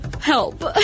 Help